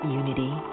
unity